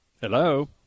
Hello